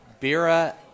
Bira